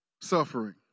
suffering